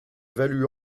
valu